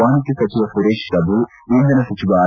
ವಾಣಿಜ್ಞ ಸಚಿವ ಸುರೇಶ್ ಪ್ರಭು ಇಂಧನ ಸಚಿವೆ ಆರ್